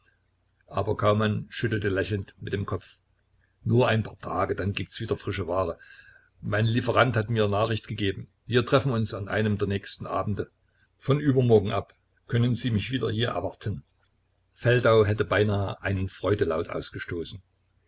aber kaumann schüttelte lächelnd mit dem kopf nur ein paar tage dann gibt's wieder frische ware mein lieferant hat mir nachricht gegeben wir treffen uns an einem der nächsten abende von übermorgen ab können sie mich wieder hier erwarten feldau hätte beinahe einen freudelaut ausgestoßen